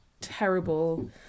terrible